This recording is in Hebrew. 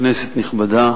נושאים שאנחנו לא מסכימים